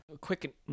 Quick